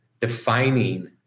defining